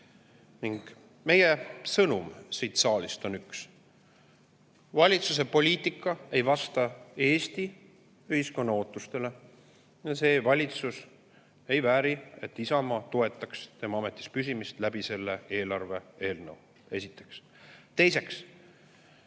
Meie sõnum siit saalist on üks: valitsuse poliitika ei vasta Eesti ühiskonna ootustele. See valitsus ei vääri, et Isamaa toetaks tema ametis püsimist selle eelarve eelnõu abil. Seda esiteks. Teiseks,